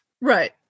right